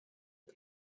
dvd